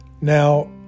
Now